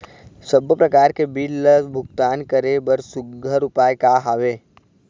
सबों प्रकार के बिल ला भुगतान करे बर सुघ्घर उपाय का हा वे?